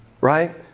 right